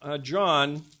John